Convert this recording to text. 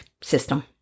system